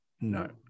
no